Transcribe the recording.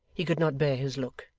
he could not bear his look,